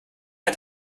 hat